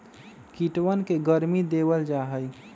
कीटवन के गर्मी देवल जाहई